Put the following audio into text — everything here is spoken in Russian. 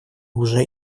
уже